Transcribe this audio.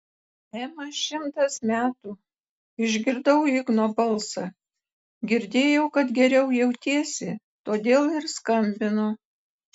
ema šimtas metų išgirdau igno balsą girdėjau kad geriau jautiesi todėl ir skambinu